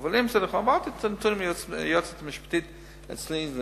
אבל אמרתי את הנתונים ליועצת המשפטית אצלי,